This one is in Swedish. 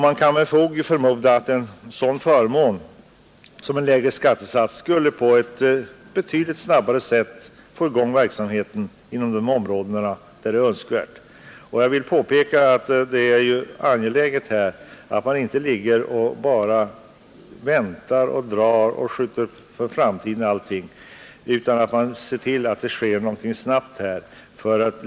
Man kan méd fog förmoda att lägre skattesats skulle innebära förmånen att betydligt snabbare få i gång verksamheter inom de områden där detta är önskvärt. Jag vill påpeka att det är angeläget att vi inte bara väntar och skjuter allting på framtiden, utan att vi bör se till att det sker någonting omedelbart.